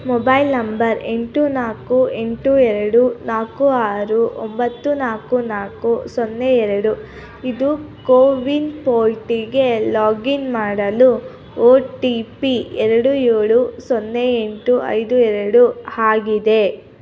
mobile number ಎಂಟು ನಾಲ್ಕು ಎಂಟು ಎರಡು ನಾಲ್ಕು ಆರು ಒಂಬತ್ತು ನಾಲ್ಕು ನಾಲ್ಕು ಸೊನ್ನೆ ಎರಡು ಇದು ಕೋವಿನ್ ಪೋಲ್ಟಿಗೆ ಲಾಗಿನ್ ಮಾಡಲು ಒ ಟಿ ಪಿ ಎರಡು ಏಳು ಸೊನ್ನೆ ಎಂಟು ಐದು ಎರಡು ಆಗಿದೆ